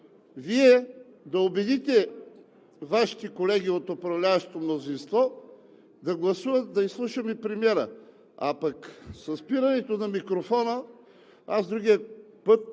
Вие да убедите Вашите колеги от управляващото мнозинство да гласуват да изслушаме премиера. А пък със спирането на микрофона, аз другия път